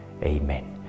Amen